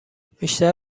بیشتر